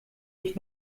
ich